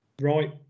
right